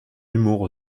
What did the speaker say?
humour